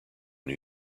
new